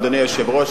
אדוני היושב-ראש,